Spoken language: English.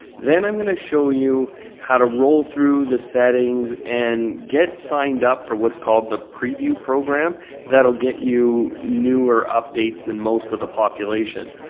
then i'm going to show you how to roll through the settings and get signed up for what's called the preview program that'll get you newer updates than most of the population.